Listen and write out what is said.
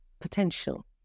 potential